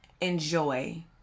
enjoy